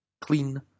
Clean